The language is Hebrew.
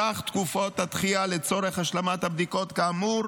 סך תקופות הדחייה לצורך השלמת בדיקות, כאמור,